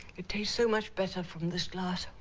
it tastes so much better from this glass?